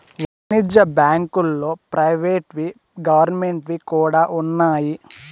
వాణిజ్య బ్యాంకుల్లో ప్రైవేట్ వి గవర్నమెంట్ వి కూడా ఉన్నాయి